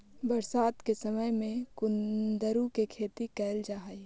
बरसात के समय में कुंदरू के खेती कैल जा हइ